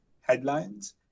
headlines